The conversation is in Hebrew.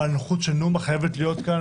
אבל הנוכחות של נומה חייבת להיות כאן.